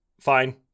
fine